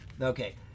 Okay